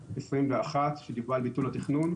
שדיברה על ביטול התכנון,